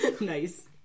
Nice